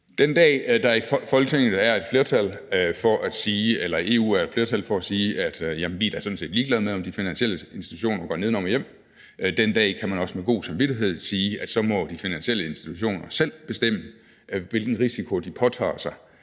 Den dag der i EU er et flertal for at sige, at man da sådan set er ligeglad med, om de finansielle institutioner går nedenom og hjem, kan man også med god samvittighed sige, at så må de finansielle institutioner selv bestemme, hvilken risiko de påtager sig,